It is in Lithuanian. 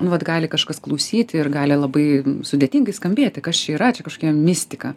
vat gali kažkas klausyt ir gali labai sudėtingai skambėti kas čia yra čia kažkokia mistika